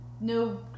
no